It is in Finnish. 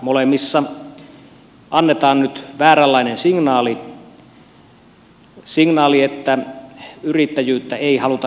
molemmissa annetaan nyt vääränlainen signaali että yrittäjyyttä ei haluta nyt tukea